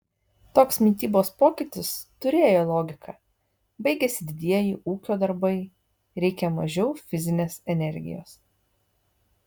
toks mitybos pokytis turėjo logiką baigėsi didieji ūkio darbai reikia mažiau fizinės energijos